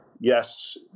Yes